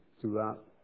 throughout